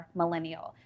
millennial